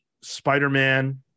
Spider-Man